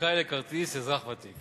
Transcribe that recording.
זכאי לכרטיס אזרח ותיק